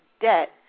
debt